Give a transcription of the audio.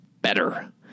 better